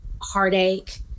heartache